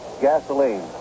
gasoline